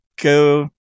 go